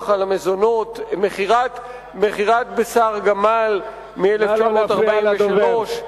על המזונות (מכירת בשר גמל) מ-1943,